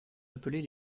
appelés